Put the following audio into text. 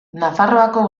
nafarroako